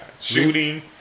shooting